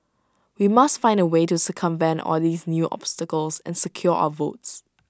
we must find A way to circumvent all these new obstacles and secure our votes